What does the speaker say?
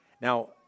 Now